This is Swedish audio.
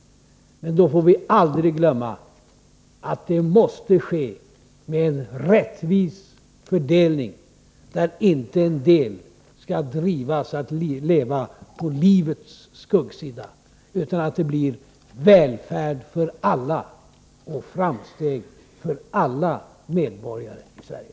Men då får vi aldrig glömma att det måste ske med en rättvis fördelning, så att inte en del drivs att leva på livets skuggsida. Det måste bli välfärd och framsteg för alla medborgare i Sverige.